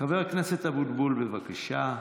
חבר הכנסת אבוטבול, בבקשה.